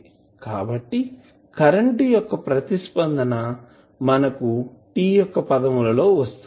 కాబట్టి కరెంటు యొక్క ప్రతిస్పందన మనకు t యొక్క పదములలో వస్తుంది